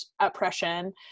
oppression